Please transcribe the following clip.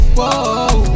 Whoa